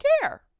care